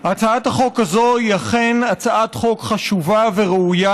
הצעת החוק הזאת היא אכן הצעת חוק חשובה וראויה.